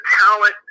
talent